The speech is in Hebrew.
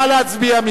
נא להצביע.